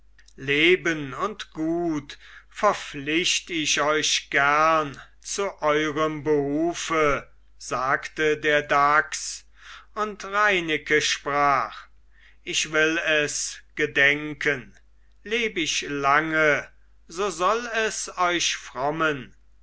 leben und gut verpflicht ich euch gern zu eurem behufe sagte der dachs und reineke sprach ich will es gedenken leb ich lange so soll es euch frommen